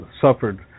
suffered